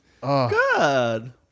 God